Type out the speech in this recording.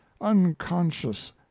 unconscious